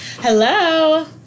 hello